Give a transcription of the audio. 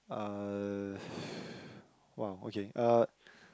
uh !wow! okay uh